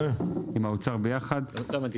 עם האוצר ביחד --- לא הבנתי,